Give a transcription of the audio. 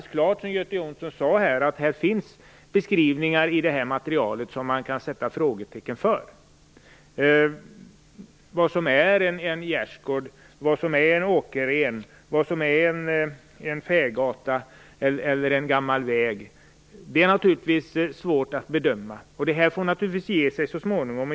Som Göte Jonsson sade finns det beskrivningar i materialet som man kan sätta frågetecken för. Vad som är en gärdsgård, en åker, en fägata eller en gammal väg är det svårt att bedöma. Det får ge sig så småningom.